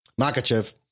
Makachev